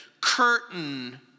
curtain